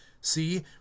see